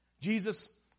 Jesus